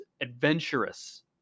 adventurous